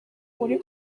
muri